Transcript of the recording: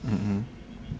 mm mm